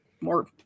more